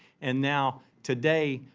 and now today,